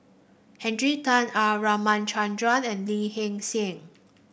Henry Tan R Ramachandran and Lee Hee Seng